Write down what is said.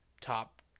top